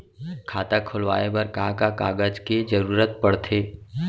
खाता खोलवाये बर का का कागज के जरूरत पड़थे?